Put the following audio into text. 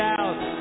out